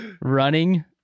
Running